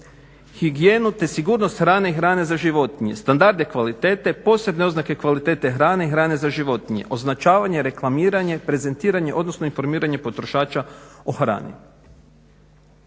higijenu te sigurnost hrane i hrane za životinje, standarde kvalitete, posebne oznake kvalitete hrane i hrane za životinje, označavanje, reklamiranje, prezentiranje odnosno informiranje potrošača o hrani.